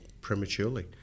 prematurely